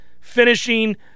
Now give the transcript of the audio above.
finishing